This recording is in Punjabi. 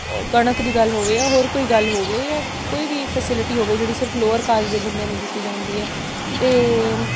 ਕਣਕ ਦੀ ਗੱਲ ਹੋਵੇ ਜਾਂ ਹੋਰ ਕੋਈ ਗੱਲ ਹੋਵੇ ਜਾਂ ਕੋਈ ਵੀ ਫਸਿਲਿਟੀ ਹੋਵੇ ਜਿਹੜੀ ਸਿਰਫ਼ ਲੋਅਰ ਕਾਸਟ ਦੇ ਬੰਦਿਆਂ ਨੂੰ ਦਿੱਤੀ ਜਾਂਦੀ ਹੈ ਅਤੇ